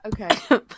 Okay